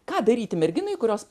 ką daryti merginai kurios